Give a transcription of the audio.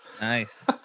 Nice